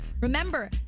Remember